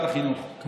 כבוד שרת החינוך,